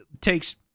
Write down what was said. takes